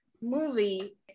movie